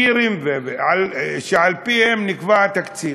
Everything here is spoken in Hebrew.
האמפיריים שעל-פיהם נקבע התקציב.